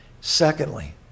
secondly